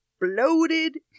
bloated